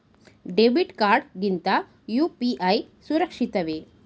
Debit card ಗಿಂತ UPI ಸುರಕ್ಷಿತವೇ?